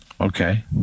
Okay